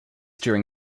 during